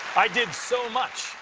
i did so much.